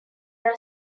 are